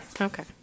Okay